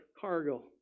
cargo